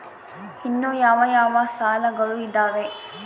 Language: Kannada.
ಇನ್ನು ಯಾವ ಯಾವ ಸಾಲಗಳು ಇದಾವೆ?